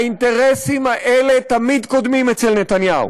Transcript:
האינטרסים האלה תמיד קודמים אצל נתניהו.